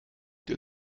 der